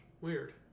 Weird